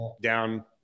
down